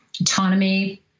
Autonomy